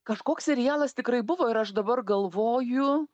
kažkoks serialas tikrai buvo ir aš dabar galvoju